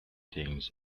things